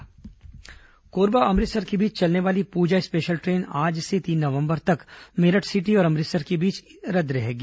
train परिचालन कोरबा अमृतसर के बीच चलने वाली पूजा स्पेशल ट्रेन आज से तीन नवम्बर तक मेरठ सिटी और अमृतसर के बीच रद्द रहेगी